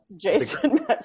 Jason